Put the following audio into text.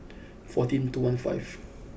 fourteen two one five